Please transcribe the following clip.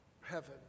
heaven